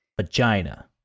Vagina